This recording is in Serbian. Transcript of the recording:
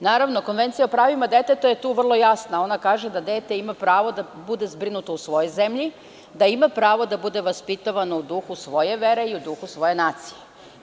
Naravno, Konvencija o pravima deteta je tu vrlo jasna, ona kaže da dete ima pravo da bude zbrinuto u svojoj zemlji, da ima pravo da bude vaspitavano u duhu svoje mere i u duhu svoje nacije.